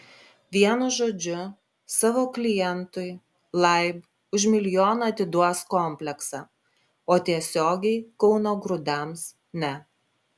vienu žodžiu savo klientui laib už milijoną atiduos kompleksą o tiesiogiai kauno grūdams ne